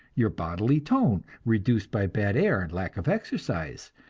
your bodily tone reduced by bad air and lack of exercise,